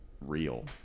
real